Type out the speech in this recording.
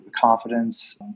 confidence